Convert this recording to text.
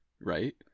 right